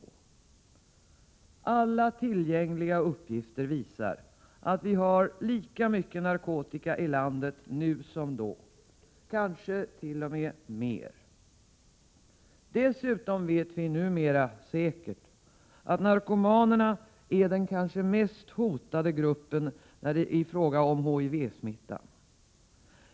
Alla tillgängliga uppgifter visar att vi har lika mycket narkotika i landet nu som då — kanske t.o.m. mer. Dessutom vet vi numera säkert att narkomanerna är den kanske mest hotade gruppen i fråga om HIV-smittan.